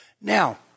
Now